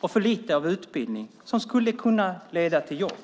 och för lite av utbildning som skulle kunna leda till jobb.